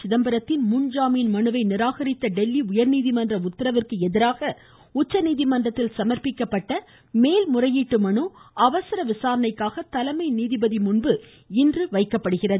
சிதம்பரத்தின் முன்ஜாமீன் மனுவை டெல்லி உயர்நீதிமன்ற உத்தரவிற்கு எதிராக உச்சநீதிமன்றத்தில் நிராகரித்த சமா்ப்பிக்கப்பட்ட மேல்முறையீட்டு மனு அவசர விசாரணைக்காக தலைமை நீதிபதி முன்பு இன்று வைக்கப்படுகிறது